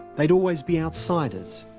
they'd always be outsiders.